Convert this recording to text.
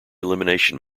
elimination